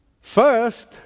First